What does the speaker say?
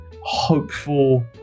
hopeful